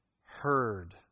heard